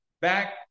back